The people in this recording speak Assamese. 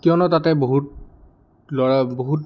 কিয়নো তাতে বহুত ল'ৰা বহুত